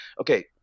Okay